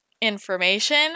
information